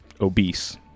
obese